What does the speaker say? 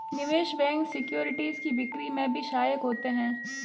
निवेश bank securities की बिक्री में भी सहायक होते हैं